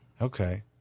Okay